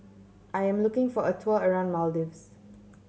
I am looking for a tour around Maldives